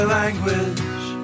language